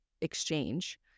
exchange